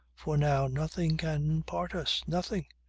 for now nothing can part us. nothing.